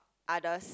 others